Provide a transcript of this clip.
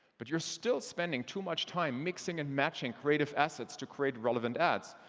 but you're still spending too much time mixing and matching creative assets to create relevant ads.